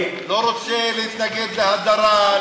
הוא לא רוצה להתנגד להדרה?